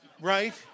right